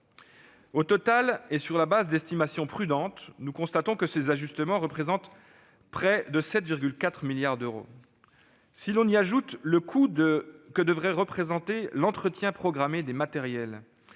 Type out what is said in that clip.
Au total, sur le fondement d'estimations prudentes, nous constatons que ces ajustements représentent près de 7,4 milliards d'euros. Si l'on y ajoute le coût prévisionnel de l'entretien programmé des matériels,